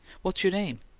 what's your name?